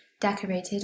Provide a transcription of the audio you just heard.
decorated